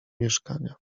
mieszkania